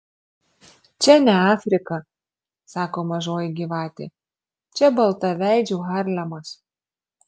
čia ne afrika sako mažoji gyvatė čia baltaveidžių harlemas